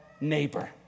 neighbor